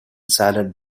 salad